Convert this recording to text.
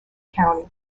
county